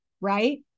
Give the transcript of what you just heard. right